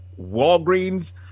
Walgreens